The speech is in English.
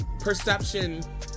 perception